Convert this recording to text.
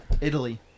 Italy